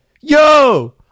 yo